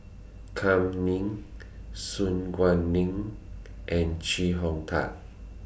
Kam Ning Su Guaning and Chee Hong Tat